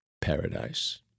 paradise